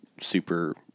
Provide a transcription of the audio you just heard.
super